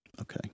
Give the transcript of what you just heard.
okay